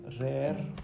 rare